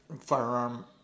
firearm